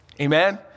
amen